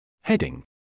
Heading